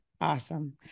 Awesome